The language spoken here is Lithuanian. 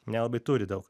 nelabai turi daug